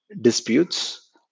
disputes